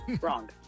Wrong